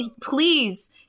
please